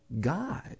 God